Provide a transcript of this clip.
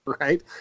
Right